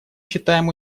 считаем